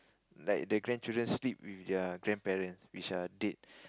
like the grandchildren sleep with their grandparent which are dead